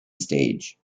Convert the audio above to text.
stage